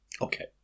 okay